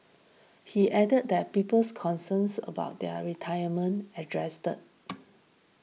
he added that people's concerns about their retirement addressed